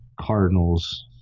Cardinals